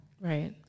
right